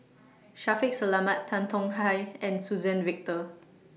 Shaffiq Selamat Tan Tong Hye and Suzann Victor